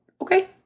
okay